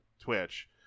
Twitch